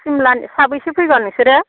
सिमला साबेसे फैगोन नोंसोरो